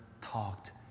talked